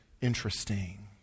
interesting